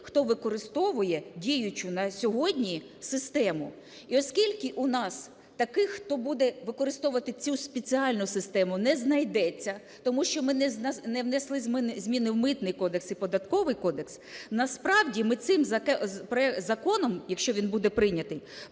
хто використовує діючу на сьогодні систему. І оскільки у нас таких, хто буде використовувати цю спеціальну систему, не знайдеться, тому що ми внесли зміни в Митний кодекс і Податковий кодекс. Насправді ми цим законом, якщо він буде прийнятий,